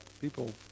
people